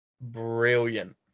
brilliant